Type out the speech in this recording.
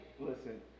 Listen